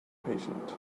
patient